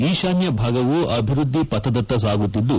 ಈಶಾನ್ಯ ಭಾಗವು ಅಭಿವೃದ್ದಿ ಪಥದತ್ತ ಸಾಗುತ್ತಿದ್ದು